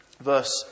verse